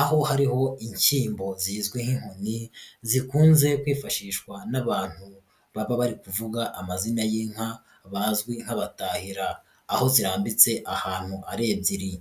aho hariho inshyimbo zizwi nk'inkoni zikunze kwifashishwa n'abantu baba bari kuvuga amazina y'inka bazwi nk'abatahira, aho zirambitse ahantu ari ebyiri.